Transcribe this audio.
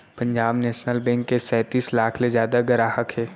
Punjab National Bank के सैतीस लाख ले जादा गराहक हे